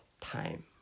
time